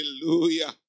Hallelujah